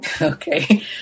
Okay